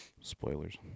spoilers